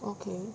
okay